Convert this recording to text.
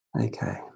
Okay